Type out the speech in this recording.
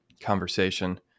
conversation